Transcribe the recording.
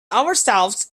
ourselves